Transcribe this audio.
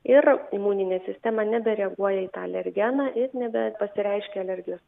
ir imuninė sistema nebereaguoja į tą alergeną jis nebe pasireiškia alergijos